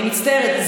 אני מצטערת,